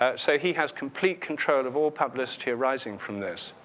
ah so he has complete control of all publicity writing from this.